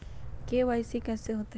KYC कैसे होतई?